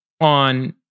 on